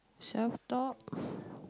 self talk